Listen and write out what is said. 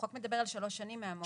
החוק מדבר על שלוש שנים מהמועד.